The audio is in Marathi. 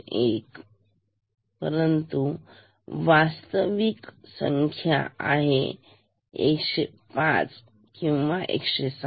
1 परंतु वास्तविक संख्या आहे 105 किंवा 106